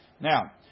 Now